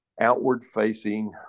outward-facing